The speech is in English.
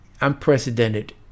unprecedented